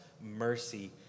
mercy